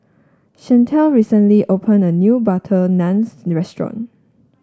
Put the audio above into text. Shantel recently opened a new butter naan restaurant